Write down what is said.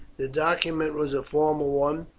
the document was a formal one,